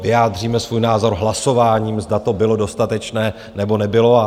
Vyjádříme svůj názor hlasováním, zda to bylo dostatečné, nebo nebylo.